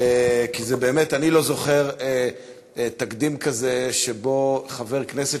כי אני באמת לא זוכר תקדים כזה שבו חבר כנסת